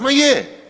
Ma je.